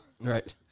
Right